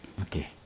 Okay